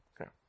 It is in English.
Okay